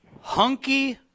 Hunky